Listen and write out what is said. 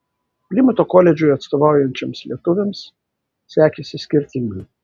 plimuto koledžui atstovaujančioms lietuvėms sekėsi skirtingai